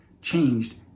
changed